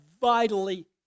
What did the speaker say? vitally